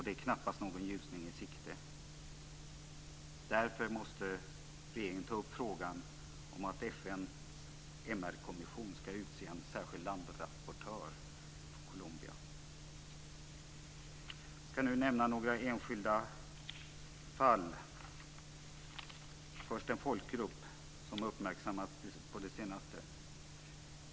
Det är knappast någon ljusning i sikte. Därför måste regeringen ta upp frågan om att FN:s MR-kommission ska utse en särskild landrapportör för Colombia. Jag ska nu nämna några enskilda fall. Först en folkgrupp som har uppmärksammats på senaste tiden.